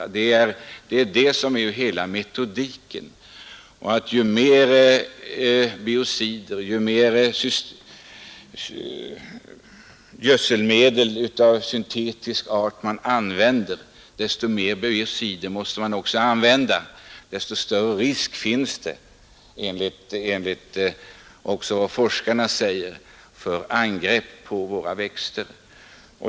Det är det som är hela metodiken. Ju mer biocider, ju mer gödselmedel av syntetisk art man använder, desto mer biocider måste man använda, och desto större risk finns det enligt vad forskarna säger för angrepp på våra växter.